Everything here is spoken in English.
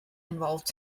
involved